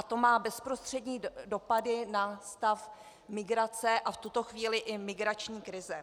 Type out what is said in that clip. To má bezprostřední dopady na stav migrace a v tuto chvíli i migrační krize.